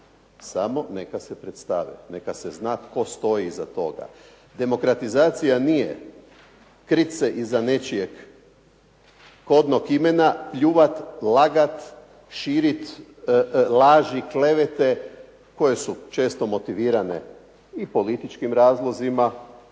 samo neka se predstave. Neka se zna tko stoji iza toga. Demokratizacija nije krit se iza nečijeg kodnog imena, pljuvat, lagat, širit laži, klevete koje su često motivirane i političkim razlozima